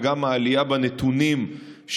וגם בשל העלייה בנתונים שראינו,